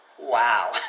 Wow